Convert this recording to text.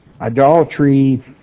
Idolatry